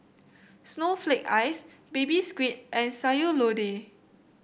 Snowflake Ice Baby Squid and Sayur Lodeh